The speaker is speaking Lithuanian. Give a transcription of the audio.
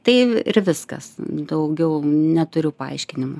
tai ir viskas daugiau neturiu paaiškinimų